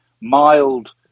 mild